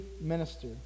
minister